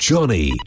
Johnny